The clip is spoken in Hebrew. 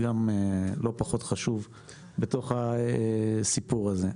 זה גם לא פחות חשוב בתוך הסיפור הזה.